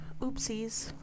oopsies